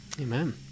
Amen